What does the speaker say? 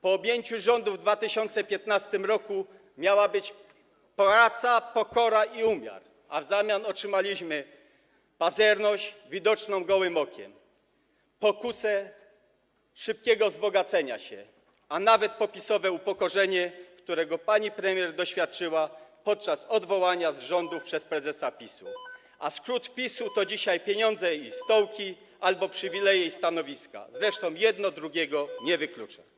Po objęciu rządów w 2015 r. miała być praca, pokora i umiar, a w zamian otrzymaliśmy pazerność, widoczną gołym okiem, pokusę szybkiego wzbogacenia się, a nawet popisowe upokorzenie, którego pani premier doświadczyła podczas odwołania z rządu przez prezesa PiS-u, a skrót PiS oznacza dzisiaj pieniądze i stołki albo przywileje i stanowiska, zresztą jedno drugiego nie wyklucza.